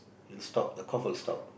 it'll stop the cough will stop